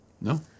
No